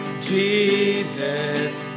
Jesus